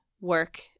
work